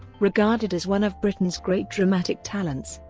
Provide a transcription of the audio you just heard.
regarded as one of britain's great dramatic talents,